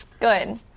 good